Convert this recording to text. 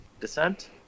descent